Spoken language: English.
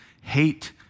Hate